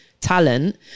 talent